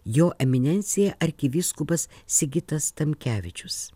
jo eminencija arkivyskupas sigitas tamkevičius